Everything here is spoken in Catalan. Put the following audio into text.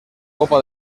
copa